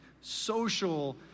social